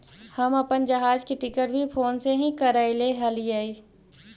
हम अपन जहाज के टिकट भी फोन से ही करैले हलीअइ